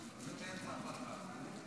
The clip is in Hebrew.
דקות.